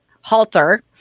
Halter